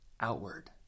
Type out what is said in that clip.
outward